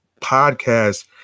podcast